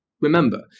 remember